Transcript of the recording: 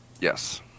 Yes